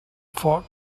foc